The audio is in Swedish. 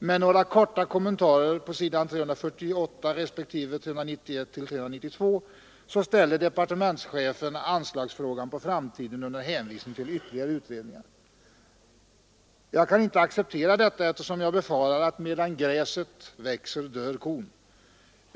Med några korta kommentarer på s. 348 respektive 391—392 ställer departementschefen anslagsfrågan på framtiden under hänvisning till ytterligare utredningar. Jag kan inte acceptera detta, eftersom jag befarar att ”medan gräset växer dör kon”.